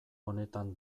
honetan